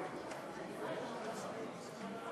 והרי התוצאות: